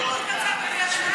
ראית את המצב בקריית-שמונה?